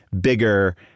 bigger